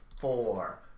four